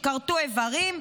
שכרתו איברים,